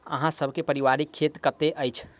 अहाँ सब के पारिवारिक खेत कतौ अछि?